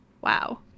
Wow